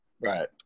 Right